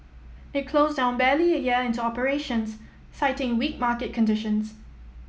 it closed down barely a year into operations citing weak market conditions